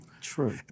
True